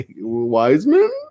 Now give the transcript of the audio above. Wiseman